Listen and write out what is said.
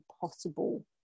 possible